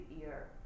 ear